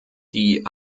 die